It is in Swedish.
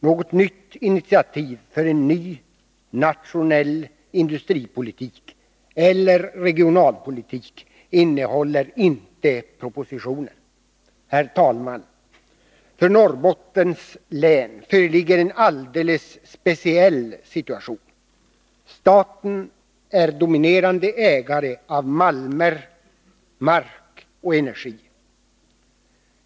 Något initiativ för en ny nationell industripolitik eller regionalpolitik innehåller inte propositionen. Herr talman! För Norrbottens län föreligger en alldeles speciell situation. Staten är dominerande ägare av malmer, mark och energi.